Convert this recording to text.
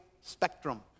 spectrum